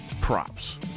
props